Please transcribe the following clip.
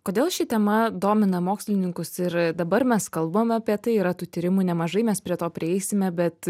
kodėl ši tema domina mokslininkus ir dabar mes kalbam apie tai yra tų tyrimų nemažai mes prie to prieisime bet